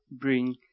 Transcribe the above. bring